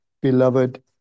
beloved